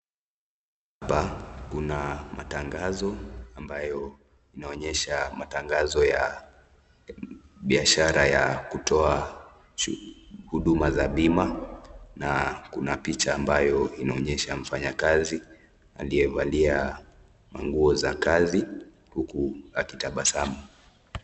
Hapa kuna matangazo ambayo inaonyesha matangazo ya biashara ya kutoa huduma za bima na kuna picha ambayo inaonyesha mfanyakazi aliyevalia manguo za kazi huku akitabasamu.